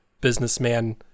businessman